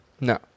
No